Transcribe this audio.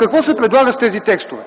Какво се предлага с тези текстове?